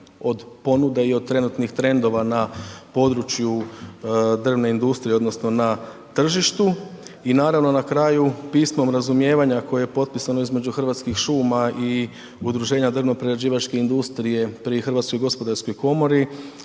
od ponude i od trenutnih trendova na području drvne industrije odnosno na tržištu i naravno na kraju pismom razumijevanja koje je potpisano između Hrvatskih šuma i Udruženja drvno prerađivačke industrije pri HGK zapravo su